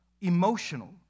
emotional